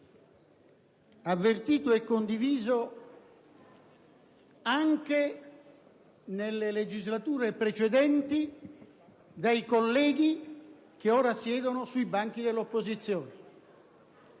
avvertito e condiviso, anche nelle legislature precedenti, dai colleghi che ora siedono sui banchi dell'opposizione.